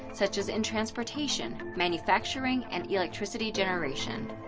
such as in transportation, manufacturing, and electricity generation.